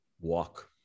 Walk